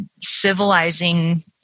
civilizing